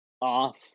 off